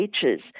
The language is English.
teachers